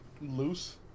Loose